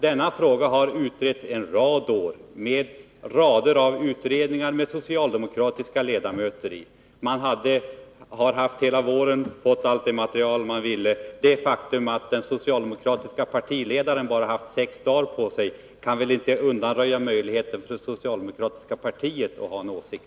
Denna fråga har utretts under flera år av rader av utredningar med socialdemokratiska ledamöter som deltagare. Man har under hela våren fått allt önskat material. Det faktum att den socialdemokratiska partiledaren endast haft sex dagar på sig kan väl inte undanröja möjligheten för socialdemokratiska partiet att ha en åsikt.